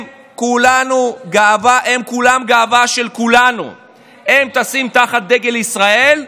הם כולם גאווה של כולנו, הם טסים תחת דגל ישראל,